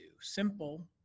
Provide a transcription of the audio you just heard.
Simple